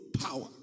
power